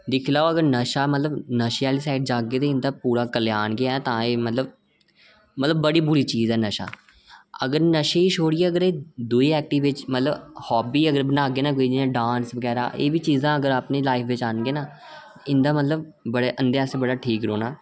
जे नशे आह्लै पासै जाह्गे ओ तां पूरा कल्यान गै मतलब बड़ी बुरी चीज़ ऐ नशा अगर नशे गी छोडियै दूई ऐक्टिविटी बिच मतलव हॉबी बनागे जि'यां डांस बगैरा एह् बी अगर तुस अपनी लाईफ च आह्नगे ना इं'दे आस्तै मतलब बडा ठीक रौह्ना